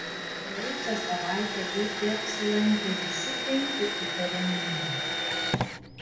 praėjusią savaitę gp apsilankė visi penki įtariamieji